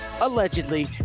Allegedly